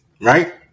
right